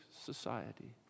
society